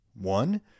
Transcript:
One